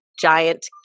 giant